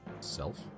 Self